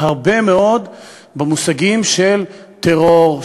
הרבה מאוד במושגים של טרור,